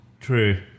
true